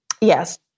Yes